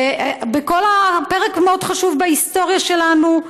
פרק מאוד חשוב בהיסטוריה שלנו.